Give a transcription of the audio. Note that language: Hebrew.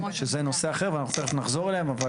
שזה נושא אחר ואנחנו תכף נחזור אליהם.